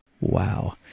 Wow